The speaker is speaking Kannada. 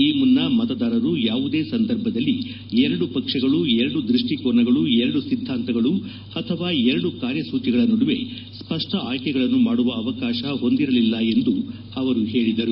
ಈ ಮುನ್ನ ಮತದಾರರು ಯಾವುದೇ ಸಂದರ್ಭದಲ್ಲಿ ಎರಡು ಪಕ್ಷಗಳು ಎರಡು ದೃಷ್ಟಿಕೋನಗಳು ಎರಡು ಸಿದ್ಧಾಂತಗಳು ಅಥವಾ ಎರಡು ಕಾರ್ಯಸೂಚಿಗಳ ನಡುವೆ ಸ್ಪಷ್ಟ ಆಯ್ಕೆಗಳನ್ನು ಮಾಡುವ ಅವಕಾಶ ಹೊಂದಿರಲಿಲ್ಲ ಎಂದು ಅವರು ಹೇಳಿದರು